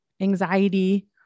anxiety